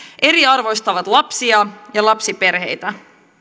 eriarvoistavat lapsia ja lapsiperheitä